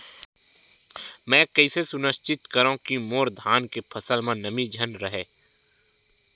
मैं कइसे सुनिश्चित करव कि मोर धान के फसल म नमी झन रहे?